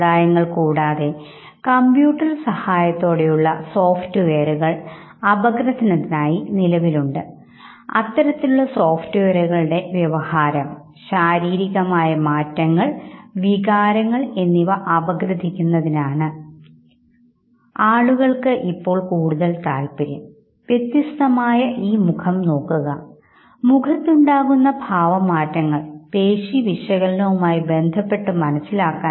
സാംസ്കാരികമായി നാം വ്യത്യസ്ത വൈകാരിക പ്രകടനങ്ങളുടെ ഭാഗമായി മുഖത്ത് വരുന്ന വ്യതിയാനങ്ങളും ആയി ബന്ധപ്പെട്ട് പ്രക്രിയകൾ ഇടത് വലത് ഭാഗങ്ങളിൽ പ്രത്യക്ഷമാകുന്ന ഭാവങ്ങൾ എന്നിവയെ സംബന്ധിക്കുന്ന സവിശേഷതകളെ സൂചിപ്പിക്കാൻ ഉപയോഗിക്കുന്ന രണ്ട് സംജ്ഞകളിൽ ആദ്യത്തേതായ കോൺട്രാ ലാറ്ററൽ മെക്കാനിസം മുൻപ് സംവിധാനത്തെ കുറിച്ചുള്ള പ്രഭാഷണത്തിൽ സൂചിപ്പിക്കുന്നതായി ഓർക്കുന്നുണ്ടല്ലോ